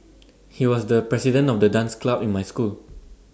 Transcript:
he was the president of the dance club in my school